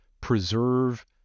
preserve